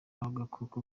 n’agakoko